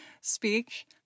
speech